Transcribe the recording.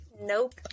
Nope